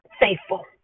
faithful